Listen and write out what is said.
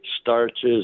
starches